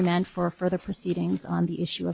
remand for further proceedings on the issue